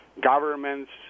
governments